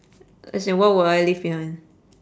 as in what would I leave behind